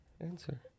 Answer